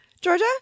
Georgia